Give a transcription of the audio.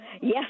Yes